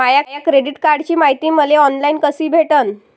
माया credit कार्डची मायती मले ऑनलाईन कसी भेटन?